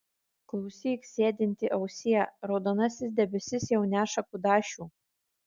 klausyk sėdinti ausie raudonasis debesis jau neša kudašių